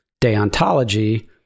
deontology